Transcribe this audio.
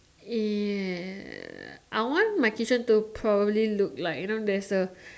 ya I want my kitchen to probably look like you know there's a